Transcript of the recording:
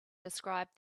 described